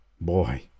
Boy